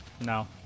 No